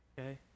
Okay